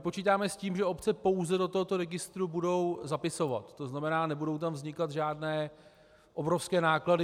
Počítáme s tím, že obce pouze do tohoto registru budou zapisovat, to znamená, nebudou tam vznikat žádné obrovské náklady.